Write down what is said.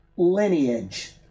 Lineage